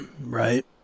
Right